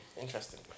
Interesting